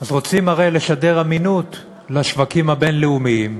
אז רוצים הרי לשדר אמינות לשווקים הבין-לאומיים,